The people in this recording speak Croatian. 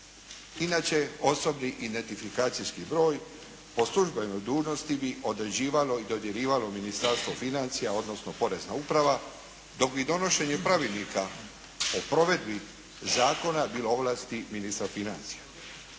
Inače, osobni identifikacijski broj po službenoj dužnosti bi određivalo i dodjeljivalo Ministarstvo financija, odnosno porezna uprava, dok bi donošenje pravilnika o provedbi zakona bilo u ovlasti ministra financija.